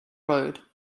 road